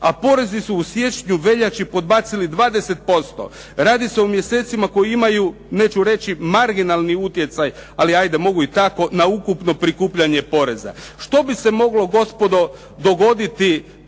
a porezi su u siječnju, veljači podbacili 20%. Radi se o mjesecima koji imaju, neću reći marginalni utjecaj, ali ajde mogu i tako na ukupno prikupljanje poreza. Što bi se moglo gospodo dogoditi